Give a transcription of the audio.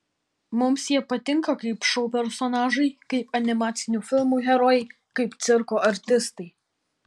mums jie patinka kaip šou personažai kaip animacinių filmų herojai kaip cirko artistai